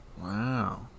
Wow